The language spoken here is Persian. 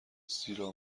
زیرا